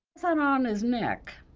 so um on his neck?